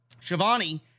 Shivani